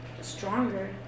stronger